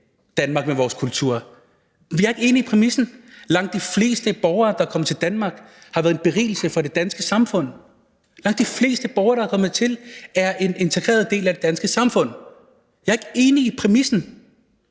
Danmark med deres kultur? Jeg er ikke enig i præmissen. Langt de fleste borgere, der er kommet til Danmark, har været en berigelse for det danske samfund. Langt de fleste borgere, der er kommet hertil, er en integreret del af det danske samfund. Jeg er ikke enig i præmissen.